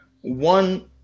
one